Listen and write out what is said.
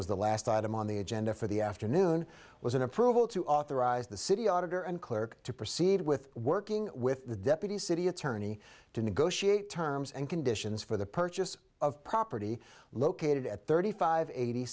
was the last item on the agenda for the afternoon was an approval to authorize the city auditor and clerk to proceed with working with the deputy city attorney to negotiate terms and conditions for the purchase of property located at thirty five eighty